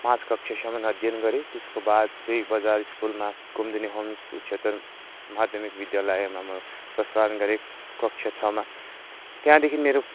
पाँच कक्षासम्म अध्ययन गरेँ त्यसको बाद चाहिँ बाजार स्कुलमा कुमदिनी होम्स उच्चतर माध्यमिक विद्यालयमा म प्रस्थान गरेँ कक्षा छःमा त्यहाँदेखि मेरो